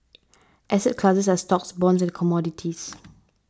asset classes are stocks bonds and commodities